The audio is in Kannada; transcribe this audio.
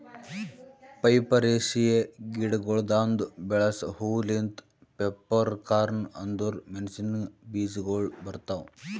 ಪೈಪರೇಸಿಯೆ ಗಿಡಗೊಳ್ದಾಂದು ಬೆಳಸ ಹೂ ಲಿಂತ್ ಪೆಪ್ಪರ್ಕಾರ್ನ್ ಅಂದುರ್ ಮೆಣಸಿನ ಬೀಜಗೊಳ್ ಬರ್ತಾವ್